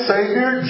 Savior